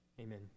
Amen